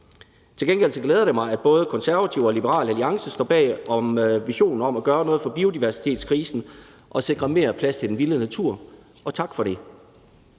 Til gengæld glæder det mig, at både Konservative og Liberal Alliance står bag visionen om at gøre noget ved biodiversitetskrisen og sikre mere plads til den vilde natur, og tak for det.